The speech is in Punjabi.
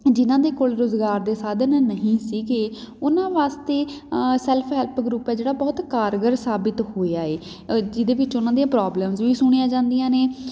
ਜਿਹਨਾਂ ਦੇ ਕੋਲ ਰੁਜ਼ਗਾਰ ਦੇ ਸਾਧਨ ਨਹੀਂ ਸੀਗੇ ਉਹਨਾਂ ਵਾਸਤੇ ਸੈਲਫ ਹੈਲਪ ਗਰੁੱਪ ਆ ਜਿਹੜਾ ਬਹੁਤ ਕਾਰਗਰ ਸਾਬਿਤ ਹੋਇਆ ਏ ਜਿਹਦੇ ਵਿੱਚ ਉਹਨਾਂ ਦੀਆਂ ਪ੍ਰੋਬਲਮਸ ਵੀ ਸੁਣੀਆ ਜਾਂਦੀਆਂ ਨੇ